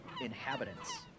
inhabitants